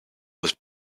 was